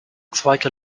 zweite